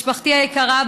משפחתי היקרה,